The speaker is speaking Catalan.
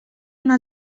una